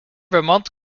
vermont